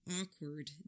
awkward